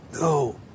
No